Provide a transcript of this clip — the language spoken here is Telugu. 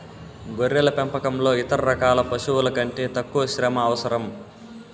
గొర్రెల పెంపకంలో ఇతర రకాల పశువుల కంటే తక్కువ శ్రమ అవసరం